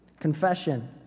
Confession